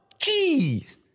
Jeez